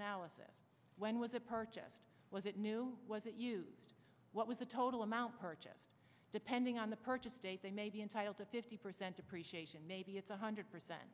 analysis when was it purchased was it new was it used what was the total amount purchased depending on the purchase date they may be entitled to fifty percent appreciation maybe it's one hundred percent